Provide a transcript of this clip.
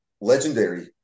Legendary